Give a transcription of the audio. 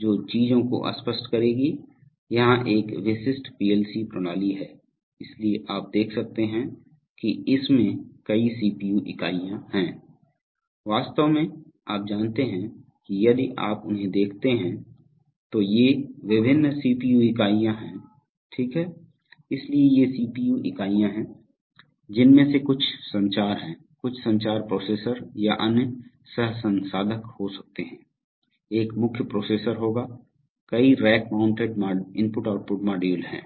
जो चीजों को स्पष्ट करेगी यहां एक विशिष्ट पीएलसी प्रणाली है इसलिए आप देख सकते हैं कि इसमें कई सीपीयू इकाइयां हैं वास्तव में आप जानते हैं कि यदि आप उन्हें देखते हैं तो ये विभिन्न सीपीयू इकाइयाँ हैं ठीक हैं इसलिए ये सीपीयू इकाइयाँ हैं जिनमें से कुछ संचार हैं कुछ संचार प्रोसेसर या अन्य सहसंसाधक हो सकते हैं एक मुख्य प्रोसेसर होगा कई rack mounted I O module हैं